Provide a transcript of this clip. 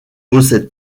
possède